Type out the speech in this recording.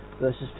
verses